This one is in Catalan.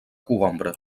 cogombre